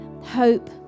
hope